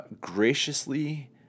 graciously